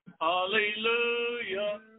hallelujah